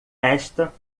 esta